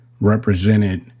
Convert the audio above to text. represented